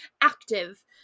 active